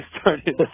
started